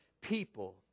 people